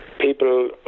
people